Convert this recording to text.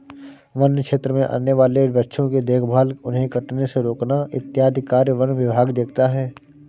वन्य क्षेत्र में आने वाले वृक्षों की देखभाल उन्हें कटने से रोकना इत्यादि कार्य वन विभाग देखता है